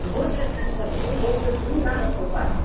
गोद्रेज चाहिन्छ भने गोद्रेज पनि राम्रो खाले आएको